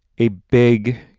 a big,